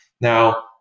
Now